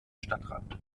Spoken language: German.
stadtrand